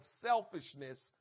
selfishness